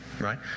right